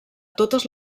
totes